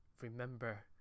remember